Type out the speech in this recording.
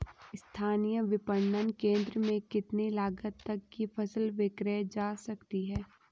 स्थानीय विपणन केंद्र में कितनी लागत तक कि फसल विक्रय जा सकती है?